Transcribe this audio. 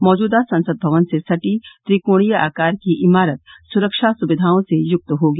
मौजूदा संसद भवन से सटी त्रिकोणीय आकार की इमारत सुरक्षा सुविघाओं से युक्त होगी